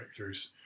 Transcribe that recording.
breakthroughs